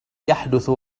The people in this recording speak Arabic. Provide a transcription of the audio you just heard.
يحدث